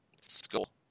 school